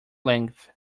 length